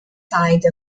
side